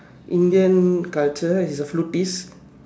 Indian culture he's a flutist